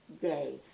day